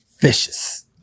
vicious